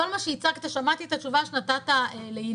כל מה שהצגת, שמעתי את התשובה שנתת לינון,